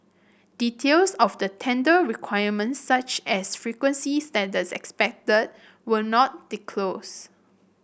details of the tender requirements such as frequency standard expected were not disclosed